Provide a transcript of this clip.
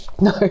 No